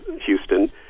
Houston